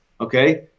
okay